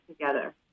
together